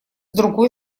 другой